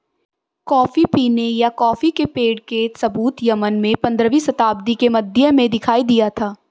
coffee पीने या coffee के पेड़ के सबूत यमन में पंद्रहवी शताब्दी के मध्य में दिखाई दिया था